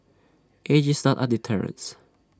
age is not A deterrence